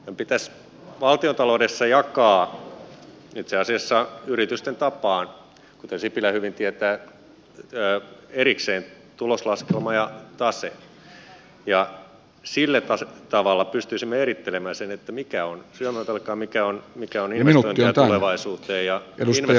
meidän pitäisi valtiontaloudessa jakaa itse asiassa yritysten tapaan kuten sipilä hyvin tietää erikseen tuloslaskelma ja tase ja sillä tavalla pystyisimme erittelemään sen mikä on syömävelkaa mikä on investointia tulevaisuuteen ja puhemies antoi puheenvuoron seuraavalle puhujalle